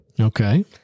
Okay